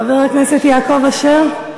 חבר הכנסת יעקב אשר.